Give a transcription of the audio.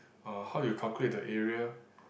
uh how you calculate the area